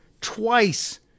twice